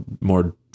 more